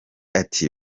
ati